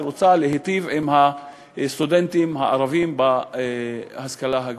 שרוצה להיטיב עם הסטודנטים הערבים במוסדות להשכלה גבוהה.